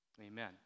Amen